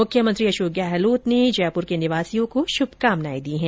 मुख्यमंत्री अशोक गहलोत ने जयप्र के निवासियों को श्भकामनाएं दी है